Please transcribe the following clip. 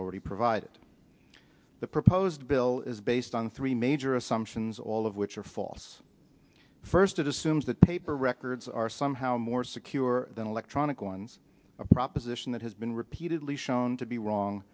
already provided the proposed bill is based on three major assumptions all of which are false first it assumes that paper words are somehow more secure than electronic ones a proposition that has been repeatedly shown to be wrong